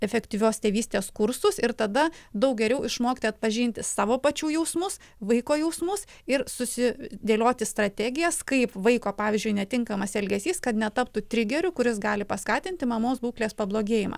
efektyvios tėvystės kursus ir tada daug geriau išmokti atpažinti savo pačių jausmus vaiko jausmus ir susidėlioti strategijas kaip vaiko pavyzdžiui netinkamas elgesys kad netaptų trigeriu kuris gali paskatinti mamos būklės pablogėjimą